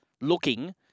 looking